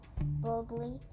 boldly